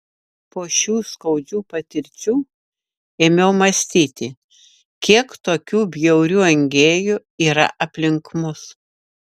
po šių skaudžių patirčių ėmiau mąstyti kiek tokių bjaurių engėjų yra aplink mus